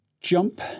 jump